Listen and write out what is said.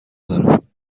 دارم